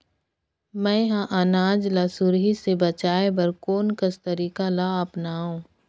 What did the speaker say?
मैं ह अनाज ला सुरही से बचाये बर कोन कस तरीका ला अपनाव?